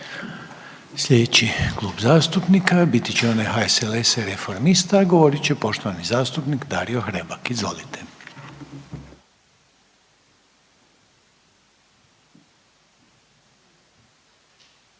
Sljedeći klub zastupnika biti će onaj HSLS-a i Reformista, a govorit će poštovani zastupnik Dario Hrebak. Izvolite.